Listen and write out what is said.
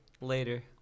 later